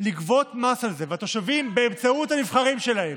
לגבות מס על זה, והתושבים, באמצעות הנבחרים שלהם,